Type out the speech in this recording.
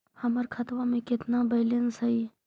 हमर खतबा में केतना बैलेंस हई?